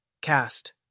Cast